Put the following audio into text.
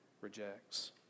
rejects